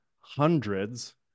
hundreds